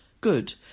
good